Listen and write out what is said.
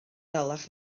dalach